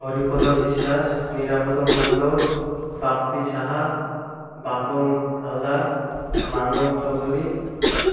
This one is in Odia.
ହରିପଦ ବିଶ୍ୱାସ ନିରାପଦ ମଣ୍ଡଲ ବାପି ସାହା ବାପନ ହାଲଦାର ମାନ ଚୌଧରୀ